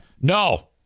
No